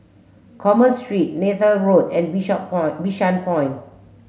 Commerce Street Neythal Road and Point Bishan Point